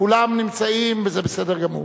כולם נמצאים, וזה בסדר גמור.